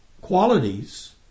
qualities